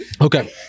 Okay